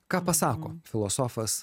ką pasako filosofas